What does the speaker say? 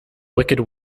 wicked